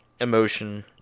emotion